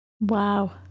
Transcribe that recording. wow